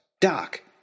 dark